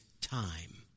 time